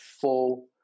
full